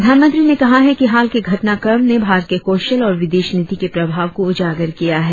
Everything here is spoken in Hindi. प्रधानमंत्री ने कहा है कि हाल के घटनाक्रम ने भारत के कौशल और विदेश नीति के प्रभाव को उजागर किया है